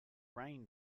rain